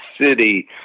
city